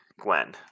Gwen